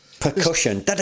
percussion